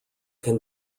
can